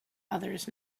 others